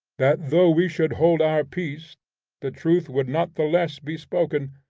that though we should hold our peace the truth would not the less be spoken,